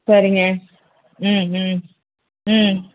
சரிங்க ம் ம் ம்